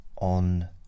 on